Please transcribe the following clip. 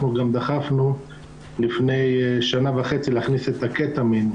אנחנו גם דחפנו לפני שנה וחצי להכניס קטמין,